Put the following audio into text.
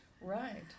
Right